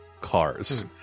cars